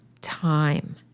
time